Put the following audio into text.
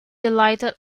delighted